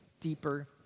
deeper